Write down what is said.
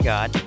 God